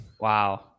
Wow